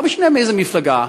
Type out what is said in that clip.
לא משנה מאיזו מפלגה,